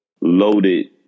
loaded